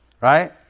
right